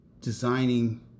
designing